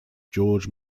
george